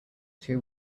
two